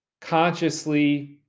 consciously